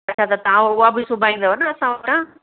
अच्छा त तव्हां उहा बि सिबाईंदव न असां वटां